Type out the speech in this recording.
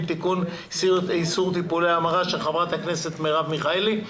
(תיקון איסור טיפולי המרה) של חברת הכנסת מרב מיכאלי.